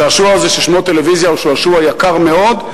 השעשוע הזה ששמו טלוויזיה הוא שעשוע יקר מאוד,